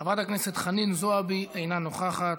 חברת הכנסת חנין זועבי, אינה נוכחת,